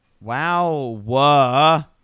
Wow